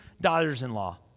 daughters-in-law